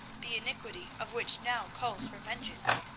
the iniquity of which now calls for vengeance?